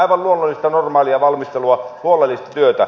aivan luonnollista normaalia valmistelua huolellista työtä